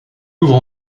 ouvre